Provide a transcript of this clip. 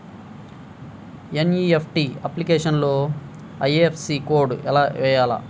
NEFT అప్లికేషన్లో IFSC code వేయాలా?